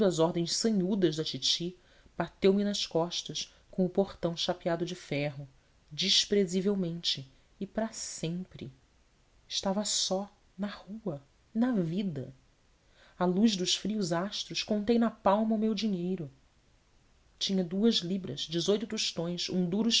ordens sanhudas da titi bateu me nas costas com o portão chapeado de ferro desprezivelmente e para sempre estava só na rua e na vida à luz dos frios astros contei na palma o meu dinheiro tinha duas libras dezoito tostões um duro